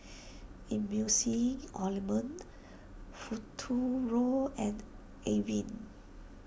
Emulsying Ointment Futuro and Avene